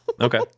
okay